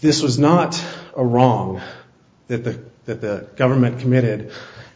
this was not a wrong that that the government committed